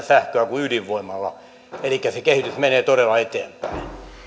sähköä kuin ydinvoimalla elikkä se kehitys menee todella eteenpäin